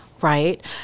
right